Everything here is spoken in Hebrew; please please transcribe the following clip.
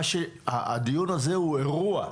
הדיון הזה הוא אירוע.